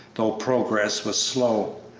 though progress was slow.